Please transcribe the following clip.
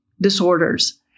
disorders